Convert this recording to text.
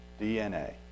DNA